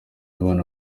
abana